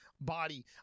body